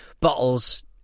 Bottles